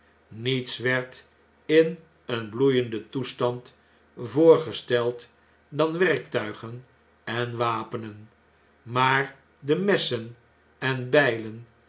mets werd in een bloeienden toestand voorgesteld dan werktuigen en wapenen maar de messen en bn'len